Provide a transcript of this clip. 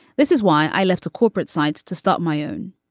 this is why i left a corporate sites to start my own.